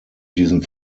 diesen